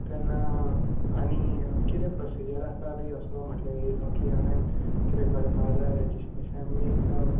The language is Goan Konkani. तेन्ना आनी कितें प्रोसिजर आसा बी असो म्हटल्या येयलो की हांवें कितें करपा जाय रॅजिस्ट्रेशन बी जावं